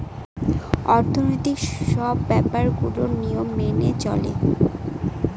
অর্থনৈতিক সব ব্যাপার গুলোর নিয়ম মেনে চলে